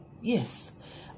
Yes